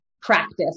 practice